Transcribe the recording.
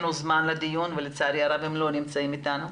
הוזמנו לדיון ולצערי הרב הם לא נמצאים איתנו.